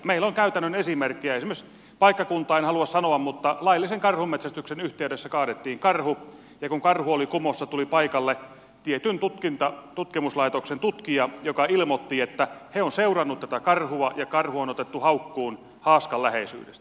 meillä on käytännön esimerkkejä paikkakuntaa en halua sanoa siitä että laillisen karhunmetsästyksen yhteydessä kaadettiin karhu ja kun karhu oli kumossa tuli paikalle tietyn tutkimuslaitoksen tutkija joka ilmoitti että he ovat seuranneet tätä karhua ja karhu on otettu haukkuun haaskan läheisyydestä